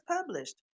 published